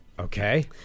Okay